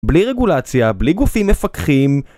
בלי רגולציה, בלי גופים מפקחים